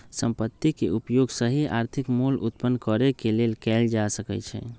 संपत्ति के उपयोग सही आर्थिक मोल उत्पन्न करेके लेल कएल जा सकइ छइ